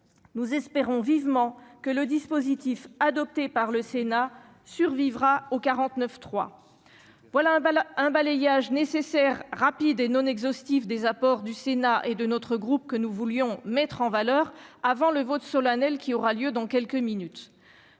nous espérons vivement que le dispositif adopté par le Sénat survivra au 49 3. Voilà un bal à un balayage nécessaire rapide et non exhaustif des apports du Sénat et de notre groupe que nous voulions mettre en valeur avant le vote solennel qui aura lieu dans quelques minutes